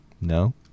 No